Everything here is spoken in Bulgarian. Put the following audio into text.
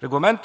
парламент